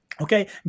okay